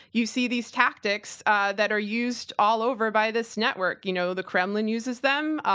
you see these tactics that are used all over by this network. you know, the kremlin uses them,